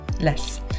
Less